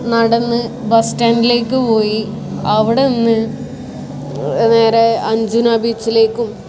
നടന്ന് ബസ് സ്റ്റാൻഡിലേക്ക് പോയി അവിടെ നിന്ന് നേരെ അഞ്ജനാ ബീച്ചിലേക്കും